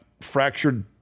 fractured